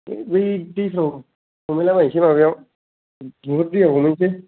बै दैफोराव हमहैलाबायनोसै माबायाव मैहुर दैयाव हमहैनोसै